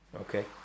Okay